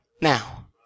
now